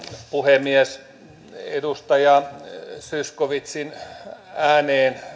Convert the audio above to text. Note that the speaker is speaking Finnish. puhemies edustaja zyskowiczin ääneen